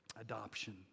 adoption